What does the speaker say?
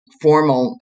formal